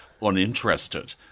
uninterested